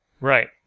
Right